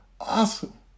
awesome